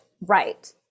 right